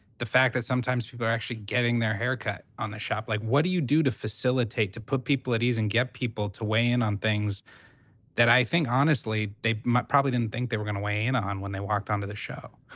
the fact that sometimes people are actually getting their haircut on the shop. like, what do you do to facilitate, to put people at ease and get people to weigh in on things that i think honestly they probably didn't think they were gonna weigh in on when they walked onto the show?